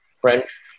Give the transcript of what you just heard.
French